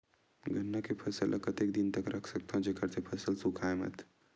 गन्ना के फसल ल कतेक दिन तक रख सकथव जेखर से फसल सूखाय मत?